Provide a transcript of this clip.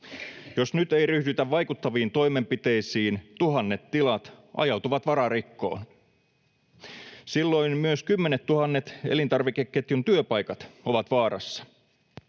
Jos nyt ei ryhdytä vaikuttaviin toimenpiteisiin, tuhannet tilat ajautuvat vararikkoon. Silloin myös kymmenettuhannet elintarvikeketjun työpaikat ovat vaarassa.